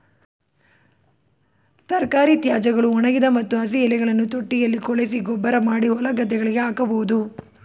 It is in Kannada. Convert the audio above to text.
ತರಕಾರಿ ತ್ಯಾಜ್ಯಗಳು, ಒಣಗಿದ ಮತ್ತು ಹಸಿ ಎಲೆಗಳನ್ನು ತೊಟ್ಟಿಯಲ್ಲಿ ಕೊಳೆಸಿ ಗೊಬ್ಬರಮಾಡಿ ಹೊಲಗದ್ದೆಗಳಿಗೆ ಹಾಕಬೋದು